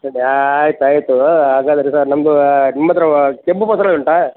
ಹೌದಾ ಆಯ್ತು ಆಯಿತು ಹಾಗಾದರೆ ಸರ್ ನಮ್ಮದು ನಿಮ್ಮ ಹತ್ರ ಕೆಂಪು ಬಸಲೆ ಉಂಟಾ